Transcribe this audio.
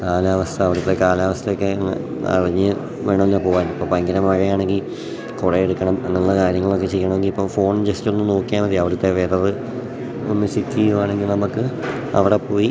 കാലാവസ്ഥ അവിടുത്തെ കാലാവസ്ഥയൊക്കെ എങ്ങ് അറിഞ്ഞു വേണമല്ലോ പോകാൻ ഇപ്പം ഭയങ്കര മഴയാണെങ്കിൽ കുട എടുക്കണം അങ്ങനെയുള്ള കാര്യങ്ങളൊക്കെ ചെയ്യണമെങ്കിലിപ്പോൾ ഫോൺ ജസ്റ്റൊന്ന് നോക്കിയാൽ മതി അവിടുത്തെ വെദർ ഒന്ന് ചെക്ക് ചെയ്യുകയാണെങ്കിൽ നമുക്ക് അവിടെ പോയി